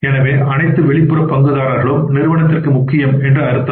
எனவே அனைத்து வெளிப்புற பங்குதாரர்களும் நிறுவனத்திற்கு முக்கியம் என்று அர்த்தம்